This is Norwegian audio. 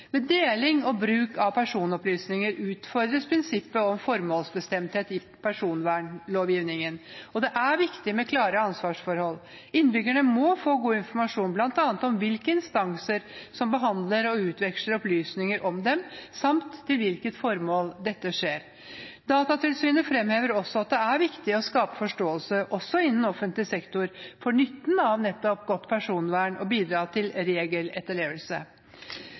Ved deling og gjenbruk av personopplysninger utfordres prinsippet om formålsbestemthet i personvernlovgivningen. Det er viktig med klare ansvarsforhold. Innbyggerne må få god informasjon bl.a. om hvilke instanser som behandler og utveksler opplysninger om dem, samt til hvilket formål dette skjer. Datatilsynet fremhever også at det er viktig å skape forståelse, også innen offentlig sektor, for nytten av nettopp godt personvern og å bidra til regeletterlevelse.